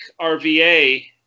RVA